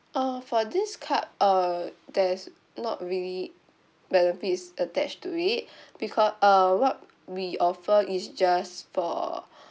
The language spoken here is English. uh for this card uh there's not really benefits attached to it because um what we offer is just for